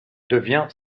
devient